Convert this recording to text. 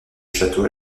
château